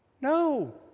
No